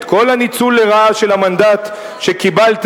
את כל הניצול לרעה של המנדט שקיבלתם